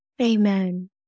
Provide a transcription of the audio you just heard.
Amen